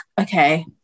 okay